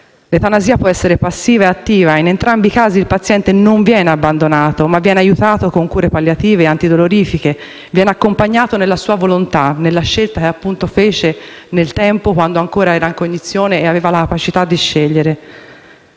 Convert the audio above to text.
L'eutanasia può essere passiva e attiva, in entrambi i casi il paziente non viene abbandonato, ma viene aiutato con cure palliative e antidolorifiche, viene accompagnato nella sua volontà e nel rispetto della scelta fatta quando era in condizione e aveva la capacità di scegliere.